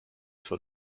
for